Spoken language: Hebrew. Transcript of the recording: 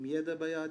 עם ידע ביד,